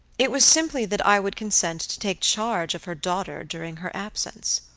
it was simply that i would consent to take charge of her daughter during her absence.